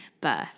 birth